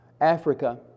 Africa